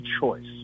choice